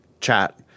chat